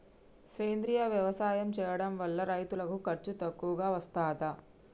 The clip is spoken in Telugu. సేంద్రీయ వ్యవసాయం చేయడం వల్ల రైతులకు ఖర్చు తక్కువగా వస్తదా?